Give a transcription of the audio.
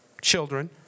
children